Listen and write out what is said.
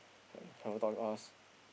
have have a talk with us